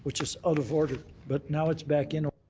which is out of order. but now it's back in